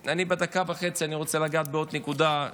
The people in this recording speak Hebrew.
בדקה וחצי אני רוצה לגעת בעוד נקודה,